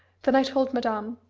then i told madame.